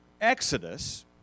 Exodus